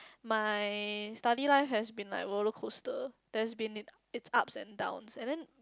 my study life has been like roller coaster there has been it its ups and downs and then